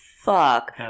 fuck